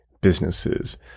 businesses